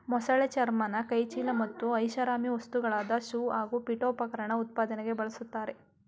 ಮೊಸಳೆ ಚರ್ಮನ ಕೈಚೀಲ ಮತ್ತು ಐಷಾರಾಮಿ ವಸ್ತುಗಳಾದ ಶೂ ಹಾಗೂ ಪೀಠೋಪಕರಣ ಉತ್ಪಾದನೆಗೆ ಬಳುಸ್ತರೆ